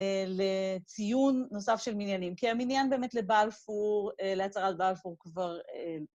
לציון נוסף של מניינים. כי המניין באמת לבלפור, להצהרת בלפור כבר...